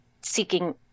seeking